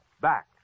back